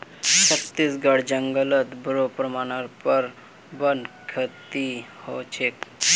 छत्तीसगढेर जंगलत बोरो पैमानार पर वन खेती ह छेक